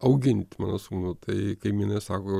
augint mano sūnų tai kaimynai sako